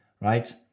right